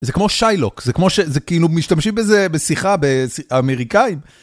זה כמו שיילוק, זה כאילו משתמשים בזה בשיחה באמריקאים.